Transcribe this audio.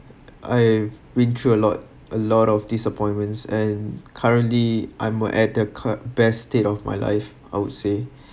I've been through a lot a lot of disappointments and currently I'm at the cu~ best state of my life I would say